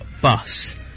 bus